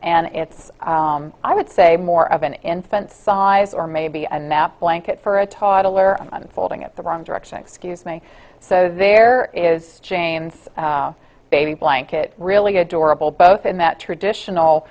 and it's i would say more of an infant size or maybe a nap blanket for a toddler unfolding at the wrong direction excuse me so there is jane's baby blanket really adorable both in that traditional